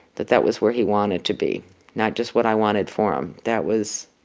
that that was where he wanted to be not just what i wanted for him. that was